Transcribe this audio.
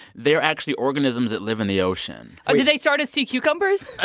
they're actually organisms that live in the ocean ah do they start as sea cucumbers?